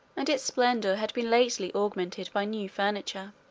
and its splendour had been lately augmented by new furniture.